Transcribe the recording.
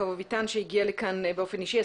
דת יעקב אביטן שהגיע לכאן באופן אישי.